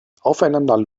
aufeinander